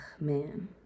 man